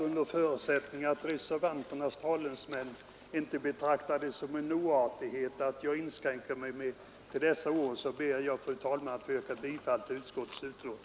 Under förutsättning av att reservanternas talesmän inte betraktar det som en oartighet att jag inskränker mig till dessa få ord ber jag, fru talman, att få yrka bifall till utskottets hemställan.